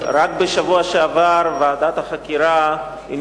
רק בשבוע שעבר הניחה ועדת החקירה את